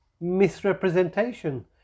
misrepresentation